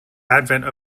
advent